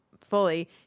fully